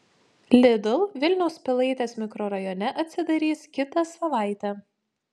lidl vilniaus pilaitės mikrorajone atsidarys kitą savaitę